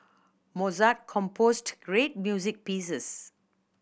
Mozart composed great music pieces